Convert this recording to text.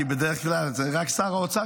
כי בדרך כלל רק שר האוצר,